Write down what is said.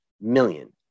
million